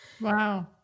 Wow